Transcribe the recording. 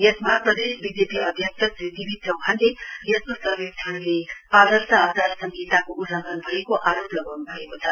यसमा प्रदेश बिजेपी अध्यक्ष श्री डी बी चौहानले यस्तो सर्वेक्षणले आदर्श आचार संहिताको उल्लधंन भएको आरोप लगाउनु भएको छ